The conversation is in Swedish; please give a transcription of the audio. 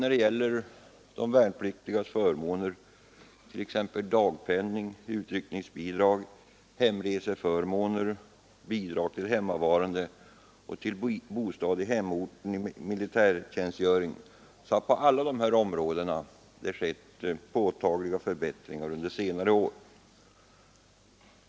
När det gäller de värnpliktigas förmåner, t.ex. dagpenning, utryckningsbidrag, hemreseförmåner, bidrag till hemmavarande och till bostad i hemorten under militärtjänstgöring, vet vi att det har skett påtagliga förbättringar under senare år.